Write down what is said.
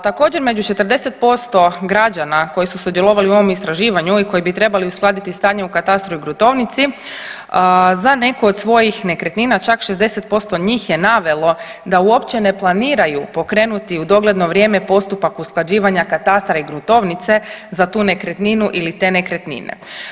Također među 40% građana koji su sudjelovali u ovom istraživanju, ovi koji bi trebali uskladiti stanje u katastru i gruntovnicu za neku od svojih nekretnina čak 60% njih je navelo da uopće ne planiraju pokrenuti u dogledno vrijeme postupak usklađivanja katastra i gruntovnice za tu nekretninu ili te nekretnine.